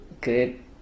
good